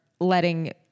letting